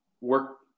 work